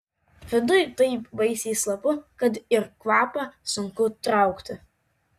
viduj taip baisiai slopu kad ir kvapą sunku traukti